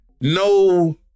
no